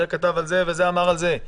זה כתב על זה וזה אמר על זה,